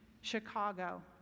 Chicago